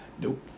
Nope